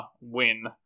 win